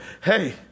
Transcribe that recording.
hey